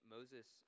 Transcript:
Moses